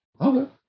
okay